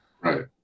Right